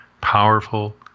powerful